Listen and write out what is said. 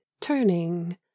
turning